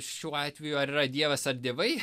šiuo atveju ar yra dievas ar dievai